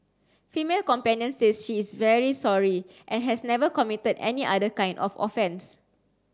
female companion says she is very sorry and has never committed any other kind of offence